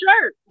shirt